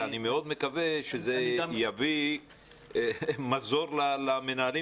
אני מאוד מקווה שזה יביא מזור למנהלים